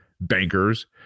bankers